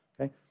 Okay